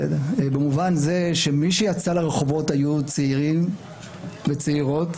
שמי שיצא לרחובות היו צעירים וצעירות,